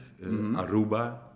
Aruba